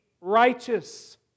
righteous